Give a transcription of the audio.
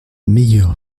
meilleur